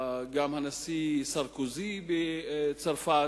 וגם הנשיא סרקוזי בצרפת,